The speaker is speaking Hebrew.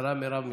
השרה מרב מיכאלי.